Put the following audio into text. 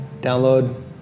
download